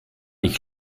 ich